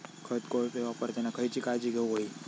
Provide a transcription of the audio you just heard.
खत कोळपे वापरताना खयची काळजी घेऊक व्हयी?